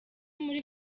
muri